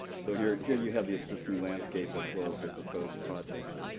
so here here you have the existing landscape as well as the proposed projects,